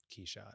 Keyshot